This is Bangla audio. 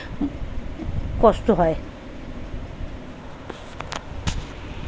কষ্ট হয়